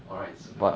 alright 什么